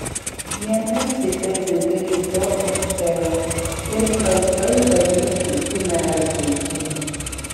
viena cypiau vidury to ežero ir plaukiau beveik užsimerkusi